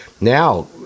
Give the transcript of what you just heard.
now